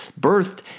birthed